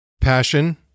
Passion